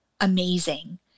amazing